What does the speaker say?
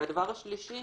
והדבר השלישי